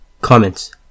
Comments